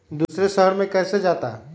दूसरे शहर मे कैसे जाता?